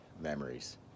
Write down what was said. memories